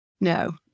No